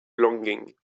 longing